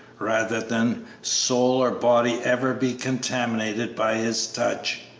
rather than soul or body ever be contaminated by his touch!